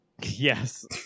yes